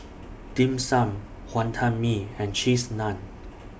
Dim Sum Wonton Mee and Cheese Naan